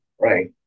Right